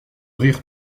rire